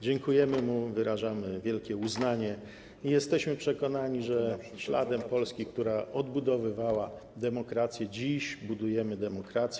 Dziękujemy mu, wyrażamy wielkie uznanie i jesteśmy przekonani, że śladem Polski, która odbudowywała demokrację, dziś budujemy demokrację.